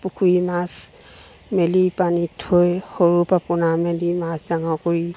পুখুৰীৰ মাছ মেলি পানীত থৈ সৰুৰপৰা পোনা মেলি মাছ ডাঙৰ কৰি